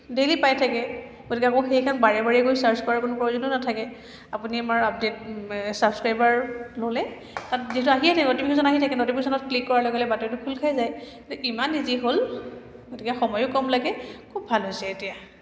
daily পাই থাকে গতিকে আকৌ সেইখন বাৰে বাৰে গৈ ছাৰ্চ কৰাৰ কোনো প্ৰয়োজনো নাথাকে আপুনি আমাৰ আপডেট ছাব্সস্ক্ৰাইবাৰ ল'লে তাত যিহেতু আহিয়ে থাকিব ন'টিফেশ্যন আহি থাকে ন'টিফেশ্যনত ক্লিক কৰাৰ লগে লগে বাতৰিটো খুল খাই যায় গতিকে ইমান ইজি হ'ল গতিকে সময়ো কম লাগে খুব ভাল হৈছে এতিয়া